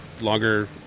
longer